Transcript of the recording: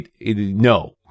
no